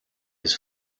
his